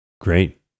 great